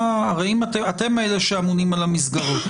אתם אלה שאמונים על המסגרות.